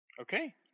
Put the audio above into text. okay